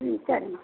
ம் சரிம்மா